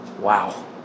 Wow